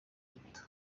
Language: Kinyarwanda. nyito